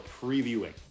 previewing